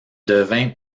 devint